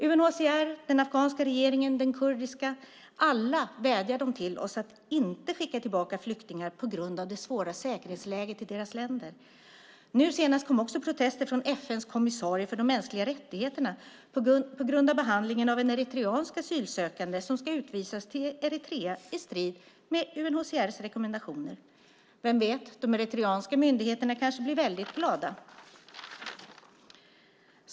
UNHCR, den afghanska regeringen och den kurdiska, alla vädjar de till oss att inte skicka tillbaka flyktingar på grund av det svåra säkerhetsläget i deras länder. Nu senast kom också protester från FN:s kommissarie för de mänskliga rättigheterna på grund av behandlingen av en eritreansk asylsökande som ska utvisas till Eritrea i strid med UNHCR:s rekommendationer. Vem vet, de eritreanska myndigheterna kanske blir väldigt glada.